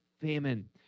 famine